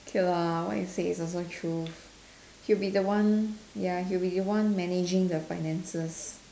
okay lah what you said is also true he'll be the one ya he'll be the one managing the finances